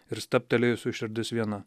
ir stabtelėjusių širdis viena